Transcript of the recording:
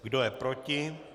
Kdo je proti?